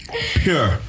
Pure